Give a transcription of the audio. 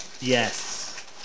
Yes